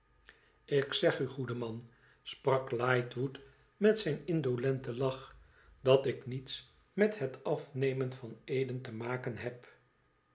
tik zeg u goede man sprak lightwood met zijn mdolenten lach tdat ik niets met het afnemen van eeden te maken heb